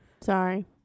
Sorry